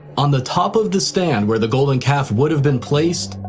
on the top of the stand where the golden calf would have been placed,